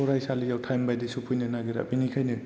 फरायसालियाव टाइम बादि सफैनो नागिरा बेनिखायनो